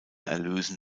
erlösen